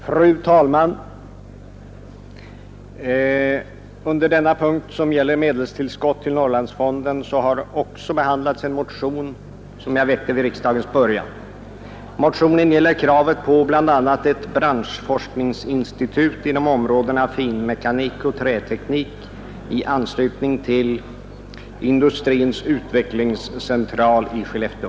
Fru talman! Under denna punkt, som gäller medelstillskott till Norrlandsfonden, har behandlats en motion som jag väckte vid riksdagens början. I motionen krävs bl a. ett branschforskningsinstitut inom områdena finmekanik och träteknik i anslutning till Industrins utvecklingscentral i Skellefteå.